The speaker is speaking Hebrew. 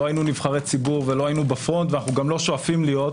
לא היינו נבחרי ציבור ולא היינו בפרונט ואנו גם לא שואפים להיות,